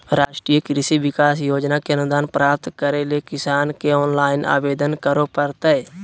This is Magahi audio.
राष्ट्रीय कृषि विकास योजना के अनुदान प्राप्त करैले किसान के ऑनलाइन आवेदन करो परतय